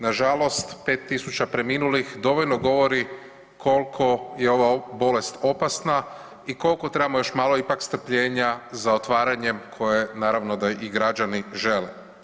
Nažalost, 5.000 preminulih dovoljno govori kolko je ova bolest opasna i kolko trebamo još malo ipak strpljenja za otvaranjem koje naravno da i građani žele.